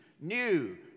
new